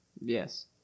Yes